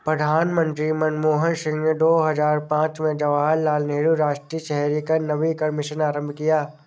प्रधानमंत्री मनमोहन सिंह ने दो हजार पांच में जवाहरलाल नेहरू राष्ट्रीय शहरी नवीकरण मिशन आरंभ किया